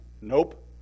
Nope